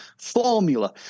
formula